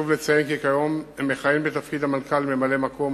חשוב לציין כי כיום מכהן בתפקיד המנכ"ל ממלא-מקום,